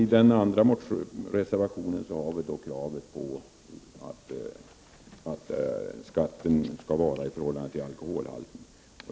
I den andra reservationen har vi krävt att skatten på alkoholdrycker skall sättas i förhållande till alkoholhalten.